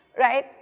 right